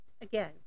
again